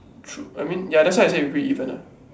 true I mean that's why I say we pretty even ah